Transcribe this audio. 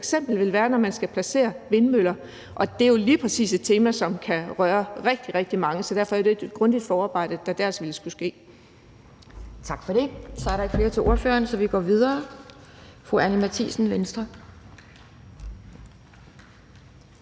f.eks. vil være, når man skal placere vindmøller, og det er jo lige præcis et tema, som kan røre rigtig, rigtig mange. Så derfor er det et grundigt forarbejde, der dér ville skulle ske. Kl. 11:44 Anden næstformand (Pia Kjærsgaard): Tak for det. Der er ikke flere bemærkninger til ordføreren, så vi går videre. Fru Anni Matthiesen, Venstre.